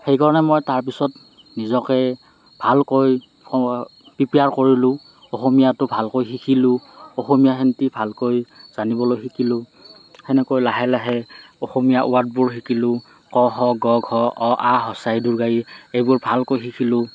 সেইকাৰণে মই তাৰ পিছত নিজকে ভালকৈ প্ৰীপিয়াৰ কৰিলোঁ অসমীয়াটো ভালকৈ শিকিলোঁ অসমীয়া ভালকৈ জানিবলৈ শিকিলোঁ সেনেকৈ লাহে লাহে অসমীয়া ৱৰ্ডবোৰ শিকিলোঁ ক খ গ ঘ অ আ হ্ৰস্ব ই দীৰ্ঘ ই এইবোৰ ভালকৈ শিকিলোঁ